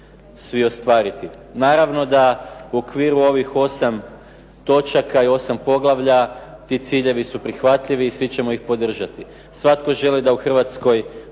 svi ostvariti. Naravno da u okviru ovih 8 točaka i 8 poglavlja ti ciljevi su prihvatljivi i svi ćemo ih podržati. Svatko želi da u Hrvatskoj